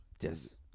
yes